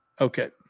Okay